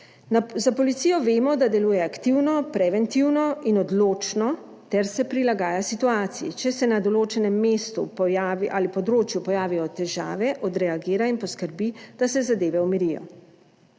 Za policijo vemo, da deluje aktivno, preventivno in odločno ter se prilagaja situaciji. Če se na določenem mestu pojavi ali področju pojavijo težave, odreagira in poskrbi, da se zadeve umirijo.